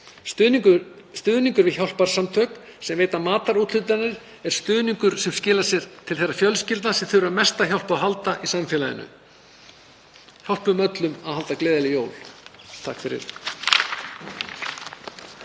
Stuðningur við hjálparsamtök sem eru með matarúthlutanir er stuðningur sem skilar sér til þeirra fjölskyldna sem þurfa mest á hjálp að halda í samfélaginu. Hjálpum öllum að halda gleðileg jól. SPEECH_END